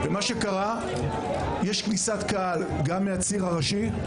יש כניסת קהל גם מהציר הראשי,